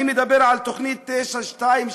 אני מדבר על תוכנית 922,